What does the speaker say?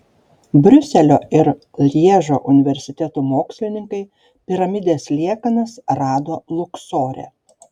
briuselio ir lježo universitetų mokslininkai piramidės liekanas rado luksore